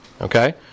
Okay